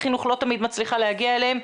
החינוך לא תמיד מצליחה להגיע אליהם.